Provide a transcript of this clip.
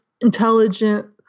intelligent